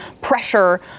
pressure